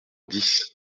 dix